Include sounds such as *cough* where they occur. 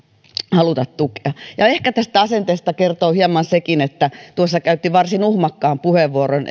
haluta tukea ehkä tästä asenteesta kertoo hieman sekin että edustaja vartiainen käytti tuossa edellä varsin uhmakkaan puheenvuoron *unintelligible*